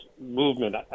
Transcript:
movement